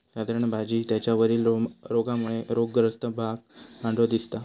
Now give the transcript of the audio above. साधारण भाजी त्याच्या वरील रोगामुळे रोगग्रस्त भाग पांढरो दिसता